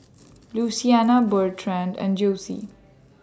Luciana Bertrand and Josie